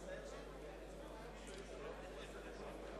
המקציב 69